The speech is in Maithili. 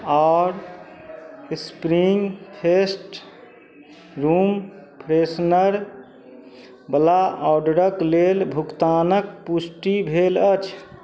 आओर स्प्रिन्गफेस्ट रूम फ्रेशनरवला ऑडरके लेल भुगतानके पुष्टि भेल अछि